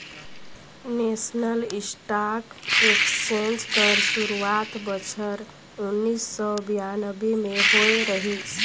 national stock exchange कर सुरवात बछर उन्नीस सव बियानबें में होए रहिस